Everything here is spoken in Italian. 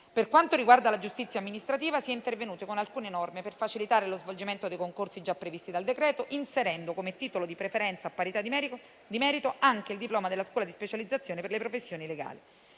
Per quanto riguarda la giustizia amministrativa, si è intervenuto con alcune norme per facilitare lo svolgimento dei concorsi già previsti dal provvedimento, inserendo come titolo di preferenza, a parità di merito, anche il diploma della scuola di specializzazione per le professioni legali.